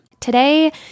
Today